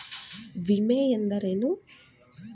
ವಿಮೆ ಎಂದರೇನು?